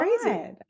crazy